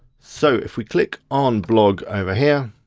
so if we click on blog over here,